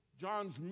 John's